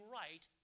right